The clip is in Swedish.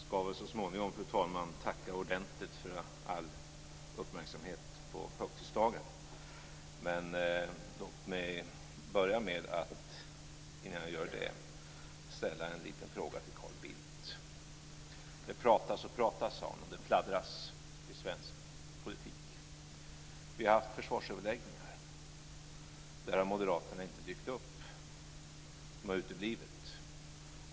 Fru talman! Jag skall så småningom tacka ordentligt för all uppmärksamhet på högtidsdagen. Men låt mig, innan jag gör det, börja med att ställa en liten fråga till Carl Bildt. Det pratas och pratas, sade han, och det pladdras i svensk politik. Vi har haft försvarsöverläggningar. Där har moderaterna inte dykt upp, de har uteblivit.